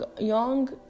young